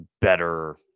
better